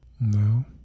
No